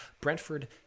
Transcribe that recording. Brentford